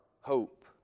hope